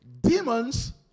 Demons